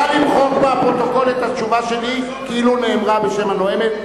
נא למחוק מהפרוטוקול את התשובה שלי כאילו נאמרה בשם הנואמת.